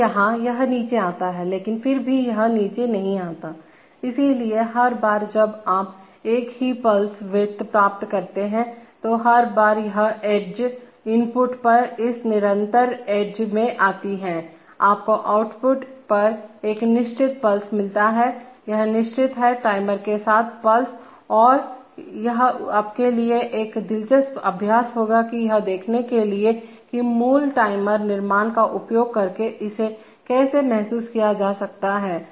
और यहाँ यह नीचे आता है लेकिन फिर भी यह नीचे नहीं आता है इसलिए हर बार जब आप एक ही पल्स विड्थ प्राप्त करते हैं तो हर बार यह एज इनपुट पर इस निरंतर एज में आती है आपको आउटपुट पर एक निश्चित पल्स मिलता है यह निश्चित है टाइमर के साथ पल्स और यह आपके लिए एक दिलचस्प अभ्यास होगा कि यह देखने के लिए कि मूल टाइमर निर्माण का उपयोग करके इसे कैसे महसूस किया जा सकता है